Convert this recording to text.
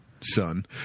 son